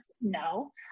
No